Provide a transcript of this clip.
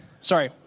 sorry